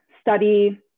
study